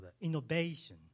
innovation